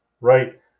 Right